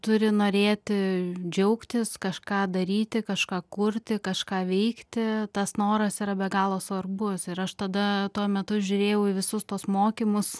turi norėti džiaugtis kažką daryti kažką kurti kažką veikti tas noras yra be galo svarbus ir aš tada tuo metu žiūrėjau į visus tuos mokymus